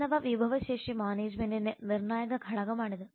മാനവവിഭവശേഷി മാനേജ്മെന്റിന്റെ നിർണായക ഘടകമാണിത്